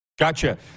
Gotcha